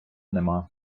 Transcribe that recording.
нема